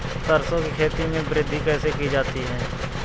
सरसो की खेती में वृद्धि कैसे की जाती है?